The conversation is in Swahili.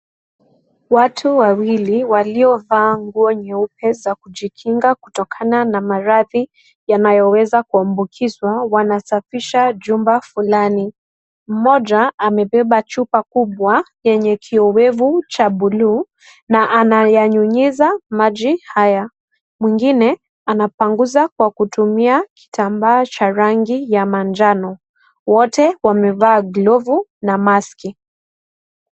Watu wawili waliovaa nguo nyeupe za kujikina kutokana na maradhi yanayoweza kuambukizwa wanasafisha jumba fulani. Mmoja amebeba chupa kubwa yenye kiowevu cha buluu na anayanyunyiza maji haya. Mwengine anapanguza kwa kutumia kitambaa cha rangi ya manjano. Wote wamevaa glovu na maski.